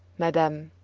madame